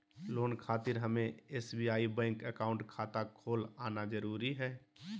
Loan खातिर हमें SBI bank account खाता खोल आना जरूरी है?